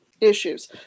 issues